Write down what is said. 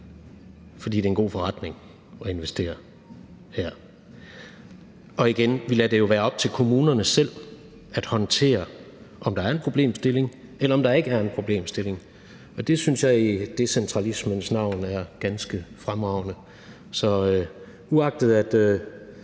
for det er en god forretning at investere her. Og igen: Vi lader det jo være op til kommunerne selv til at håndtere, om der er en problemstilling, eller om der ikke er en problemstilling, og det synes jeg i decentralismens navn er ganske fremragende. Så uagtet at